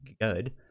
good